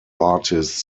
artist